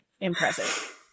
impressive